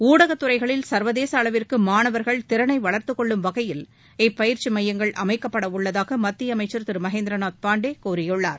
ஊடக துறைகளில் சர்வதேச அளவிற்கு மாணவர்கள் திறனை வளர்த்துக்கொள்ளும் வகையில் இப்பயிற்சி மையங்கள் அமைக்கப்படவுள்ளதாக மத்திய அமைச்சர் திரு மகேந்திரநாத் பாண்டே கூறியுள்ளார்